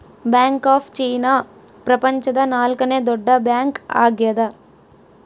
bank of China ಪ್ರಪಂಚದ ನಾಲ್ಕನೆ ದೊಡ್ಡ ಬ್ಯಾಂಕ್ ಆಗ್ಯದ